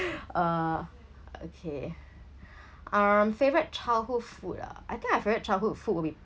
uh okay um favourite childhood food ah I think my favourite childhood food will be